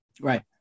Right